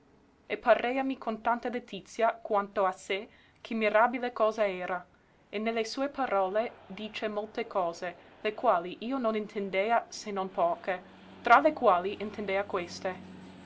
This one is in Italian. e pareami con tanta letizia quanto a sé che mirabile cosa era e ne le sue parole dicea molte cose le quali io non intendea se non poche tra le quali intendea queste